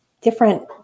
Different